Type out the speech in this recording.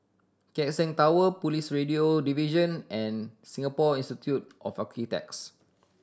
Keck Seng Tower Police Radio Division and Singapore Institute of Architects